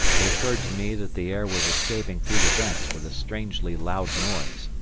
it occurred to me that the air was escaping through the vents with a strangely loud noise,